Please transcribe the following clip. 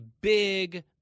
big